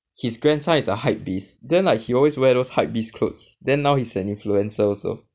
his grandson is a hypebeast then like he always wear those hypebeast clothes then now he an influencer also